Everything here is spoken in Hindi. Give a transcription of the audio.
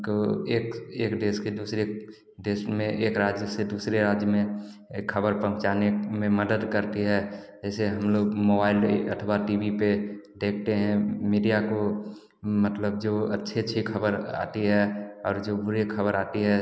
को एक एक देश के दूसरे देश में एक राज्य से दूसरे राज्य में यह खबर पहुँचाने में मदद करती है जैसे हम लोग मोबाईल अथवा टी वी पर देखते हैं मीडिया को मतलब जो अच्छी अच्छी खबर आती है और जो बुरी खबर आती है